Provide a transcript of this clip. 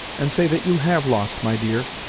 and say that you have lost, my dear.